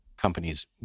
Companies